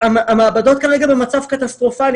המעבדות כרגע במצב קטסטרופלי.